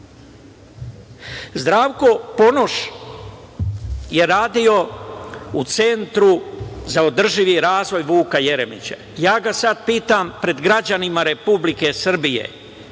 konje. Zdravko Ponoš je radio u Centru za održivi razvoj Vuka Jeremića. Ja ga sad pitam pred građanima Republike Srbije